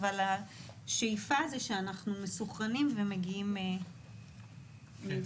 אבל השאיפה היא שאנחנו מסונכרים ומגיעים מיושרים.